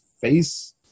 face